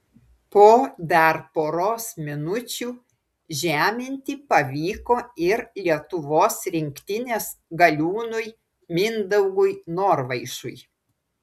po dar poros minučių žeminti pavyko ir lietuvos rinktinės galiūnui mindaugui norvaišui